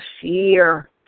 fear